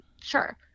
sure